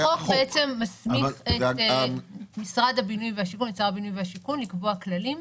החוק בעצם מסמיך את שר הבינוי והשיכון לקבוע כללים,